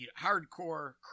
hardcore